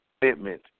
commitment